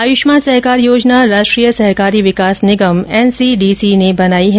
आय्ष्मान सहकार योजना राष्ट्रीय सहकारी विकास निगम एनसीडीसी ने बनाई है